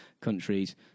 countries